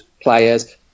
players